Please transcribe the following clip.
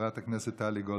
חברת הכנסת טלי גוטליב.